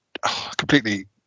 completely